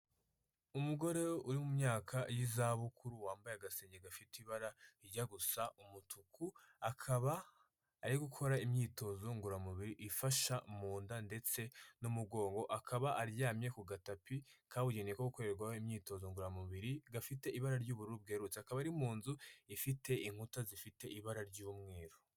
Umugore uri mu myaka y'iza bukuru wambaye agasengeri gafite ibara rijya gusa umutuku, akaba ari gukora imyitozo ngororamubiri ifasha mu nda ndetse n'umugongo, akaba aryamye ku gatapi kabugenewe ko gukorerwaho imyitozo ngororamubiri gafite ibara ry'ubururu bwerurutse. Akaba ari mu nzu ifite inkuta zifite ibara ry'umweru.